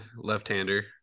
left-hander